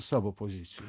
savo pozicijų